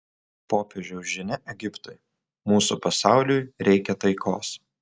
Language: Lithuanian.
popiežiaus žinia egiptui mūsų pasauliui reikia taikos